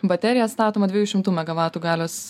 baterija statoma dviejų šimtų megavatų galios